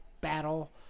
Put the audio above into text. battle